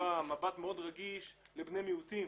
מבט מאוד רגיש לבני מיעוטים.